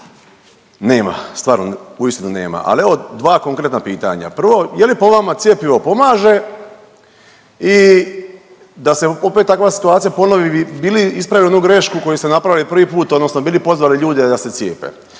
nema, stvarno uistinu nema. Ali evo dva konkretna pitanja. Prvo, je li po vama cjepivo pomaže i da se opet takva situacija ponovi bi li ispravili onu grešku koju ste napravili prvi put, odnosno bili pozvali ljude da se cijepe?